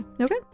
Okay